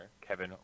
Kevin